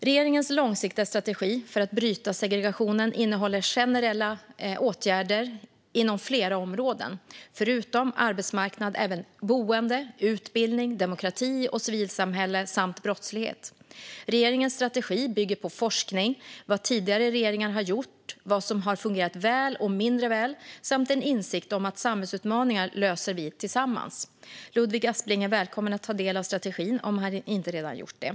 Regeringens långsiktiga strategi för att bryta segregationen innehåller generella åtgärder inom flera områden - förutom arbetsmarknad även boende, utbildning, demokrati och civilsamhälle samt brottslighet. Regeringens strategi bygger på forskning, vad tidigare regeringar har gjort, vad som har fungerat väl och mindre väl samt en insikt om att samhällsutmaningar löser vi tillsammans. Ludvig Aspling är välkommen att ta del av strategin om han inte redan gjort det.